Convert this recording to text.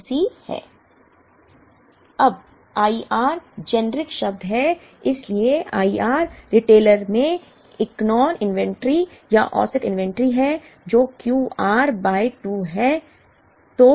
अब I r generic शब्द है इसलिए I r रिटेलर में इकोनॉन इन्वेंट्री या औसत इन्वेंट्री है जो Q r बाय 2 है